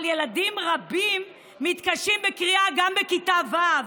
אבל ילדים רבים מתקשים בקריאה גם בכיתה ו',